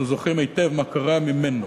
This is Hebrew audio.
אנחנו זוכרים היטב מה קרה ממנו,